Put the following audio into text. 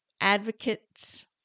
advocates